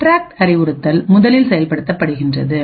subtract அறிவுறுத்தல் முதலில் செயல்படுத்தப்படுகிறது